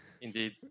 indeed